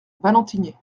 valentigney